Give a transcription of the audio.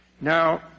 Now